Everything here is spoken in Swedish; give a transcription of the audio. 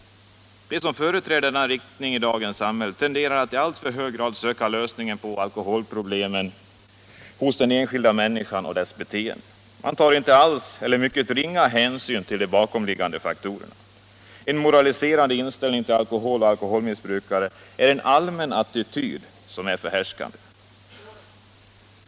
De som företräder denna riktning i dagens samhälle tenderar att i alltför hög grad söka lösningen på alkoholproblemen hos den enskilda människan och hennes beteende, och de tar ingen eller mycket ringa hänsyn till de bakomliggande faktorerna. En moraliserande inställning till akohol och alkoholmissbrukare är den allmänna attityd som är förhärskande.